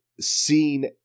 seen